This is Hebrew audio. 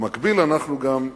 במקביל אנחנו גם,